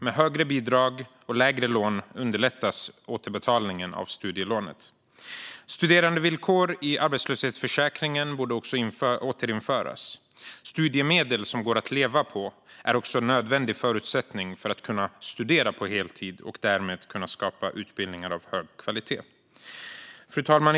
Med högre bidrag och lägre lån underlättas återbetalningen av studielånet. Studerandevillkor i arbetslöshetsförsäkringen borde återinföras. Studiemedel som går att leva på är också en nödvändig förutsättning för att kunna studera på heltid och därmed för att kunna skapa utbildningar av hög kvalitet. Fru talman!